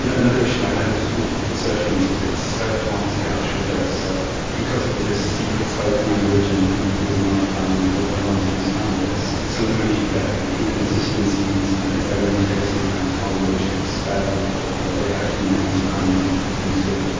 ah another issue i had with with researching this was it was so hard to get actual data, so because it was a secret spoken language and and people didn't write it down and there weren't any standards. sometimes you get you know inconsistencies and it's very unclear sometimes how a word should be spelled or what it actually means or how many people used it.